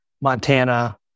Montana